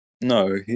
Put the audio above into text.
No